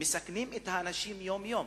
מסכנים את האנשים יום-יום.